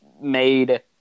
made